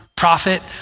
prophet